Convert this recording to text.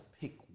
pick